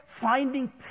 finding